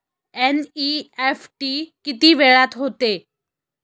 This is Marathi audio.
एन.इ.एफ.टी किती वेळात होते?